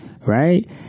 right